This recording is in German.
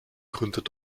gründet